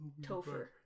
Topher